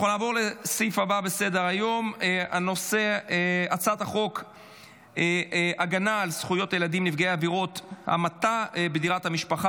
אני קובע כי הצעת חוק התמודדות עם תקיפות